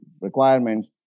requirements